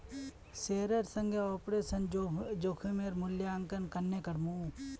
शेयरेर संगे ऑपरेशन जोखिमेर मूल्यांकन केन्ने करमू